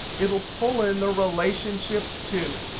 it'll pull in the relationships too.